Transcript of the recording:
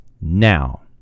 now